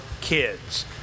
kids